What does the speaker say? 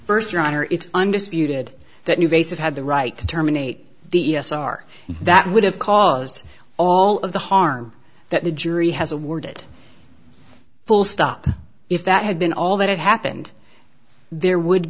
first your honor it's undisputed that you base it had the right to terminate the e s r that would have caused all of the harm that the jury has awarded full stop if that had been all that had happened there would